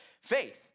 faith